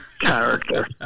character